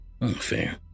Unfair